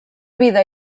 vida